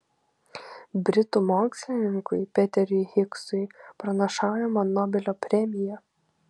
britų mokslininkui peteriui higsui pranašaujama nobelio premija